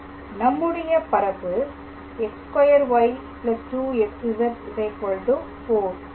நம்முடைய பரப்பு x2y 2xz 4 ஆகும்